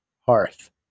hearth